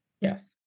Yes